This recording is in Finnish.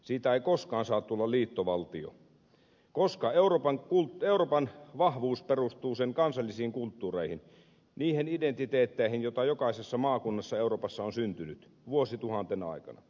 siitä ei koskaan saa tulla liittovaltio koska euroopan vahvuus perustuu sen kansallisiin kulttuureihin niihin identiteetteihin joita jokaisessa maakunnassa euroopassa on syntynyt vuosituhanten aikana